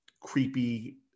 creepy